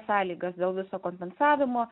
sąlygas dėl viso kompensavimo